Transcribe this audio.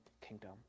kingdom